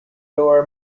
lower